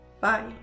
Bye